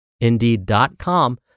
indeed.com